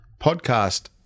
podcast